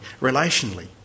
relationally